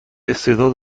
استعداد